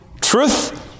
truth